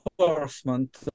enforcement